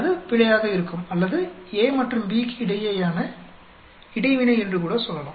அது பிழையாக இருக்கும் அல்லது அது A மற்றும் B க்கு இடையேயான இடைவினை என்று கூட சொல்லலாம்